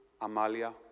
Amalia